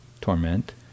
torment